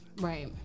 Right